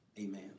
amen